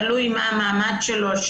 תלוי מה המעמד שלו.